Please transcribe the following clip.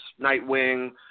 Nightwing